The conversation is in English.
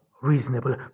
reasonable